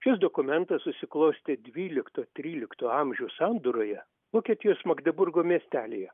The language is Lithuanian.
šis dokumentas susiklostė dvylikto trylikto amžių sandūroje vokietijos magdeburgo miestelyje